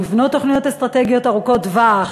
לבנות תוכניות אסטרטגיות ארוכות טווח,